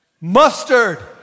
mustard